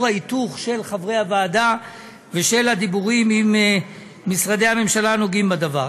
ההיתוך של חברי הוועדה ושל הדיבורים עם משרדי הממשלה הנוגעים בדבר.